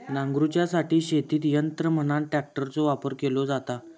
नांगरूच्यासाठी शेतीत यंत्र म्हणान ट्रॅक्टरचो वापर केलो जाता